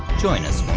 join us,